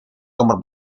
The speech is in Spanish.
como